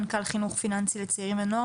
מנכ"ל חינוך פיננסי לצעירים ונוער.